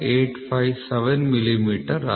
857 millimetre ಆಗಿದೆ